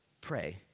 Pray